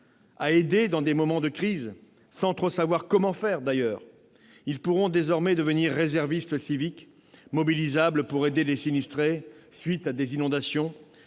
à aider dans des moments de crise, sans trop savoir comment faire. Ils pourront désormais devenir réservistes civiques, mobilisables pour aider des personnes sinistrées à la suite d'inondations,